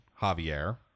Javier